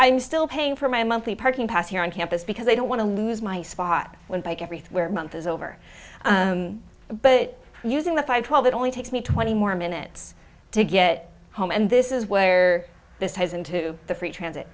i'm still paying for my monthly parking pass here on campus because i don't want to lose my spot when bike everywhere month is over but using the five twelve it only takes me twenty more minutes to get home and this is where this has into the free transit